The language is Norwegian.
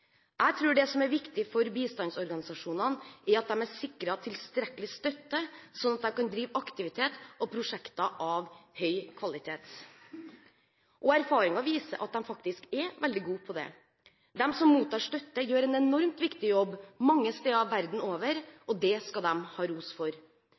Jeg tror det som er viktig for bistandsorganisasjonene, er at de er sikret tilstrekkelig støtte, slik at de kan drive aktivitet og prosjekter av høy kvalitet. Erfaringer viser at de faktisk er veldig gode på det. De som mottar støtte, gjør en enormt viktig jobb mange steder verden over,